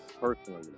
personally